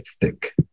thick